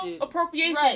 appropriation